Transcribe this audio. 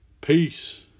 Peace